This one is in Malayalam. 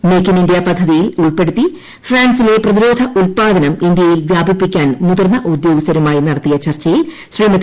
മെയ്ക്ക് ഇൻ ഇന്ത്യ പദ്ധതിയിൽ ഉൾപ്പെടുത്തി ഫ്രാൻസിലെ പ്രതിരോധ ഉൽപ്പാദനം ഇന്ത്യയിൽ വ്യാപിപ്പിക്കാൻ മുതിർന്ന ഉദ്യോഗസ്ഥരുമായി നടത്തിയ ചർച്ചയിൽ ശ്രീമതി